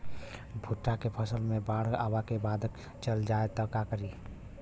भुट्टा के फसल मे बाढ़ आवा के बाद चल जाई त का करी?